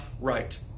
right